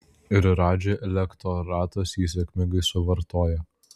ir radži elektoratas jį sėkmingai suvartoja